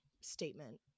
statement